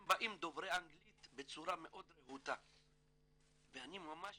הם באים דוברי אנגלית בצורה מאוד רהוטה ואני ממש